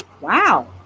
Wow